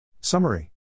Summary